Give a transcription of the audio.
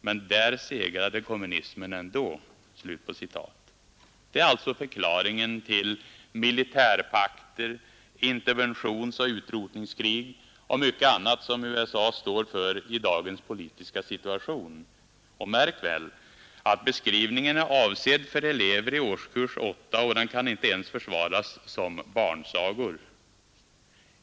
men där segrade kommunismen ändå.” Det är alltså förklaringen till militärpakter. interventionsoch utrotningskrig och mycket annat som USA stär för i dagens politiska situation. Märk väl att beskrivningen är avsedd för elever vid årskurs 8; den kan inte ens försvaras som barnsagor!